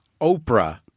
Oprah